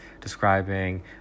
describing